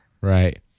Right